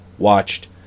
watched